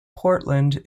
portland